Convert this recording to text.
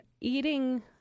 eating